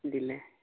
দিলে